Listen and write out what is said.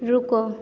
रुको